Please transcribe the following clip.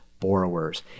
borrowers